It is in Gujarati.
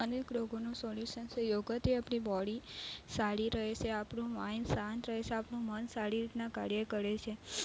અનેક રોગોનું સોલ્યુશન છે યોગથી આપણી બોડી સારી રહેશે આપણું માઈન્ડ શાંત રહે છે આપણું મન સારી રીતના કાર્ય કરે છે